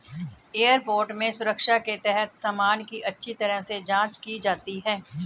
airport में सुरक्षा के तहत सामान की अच्छी तरह से जांच की जाती है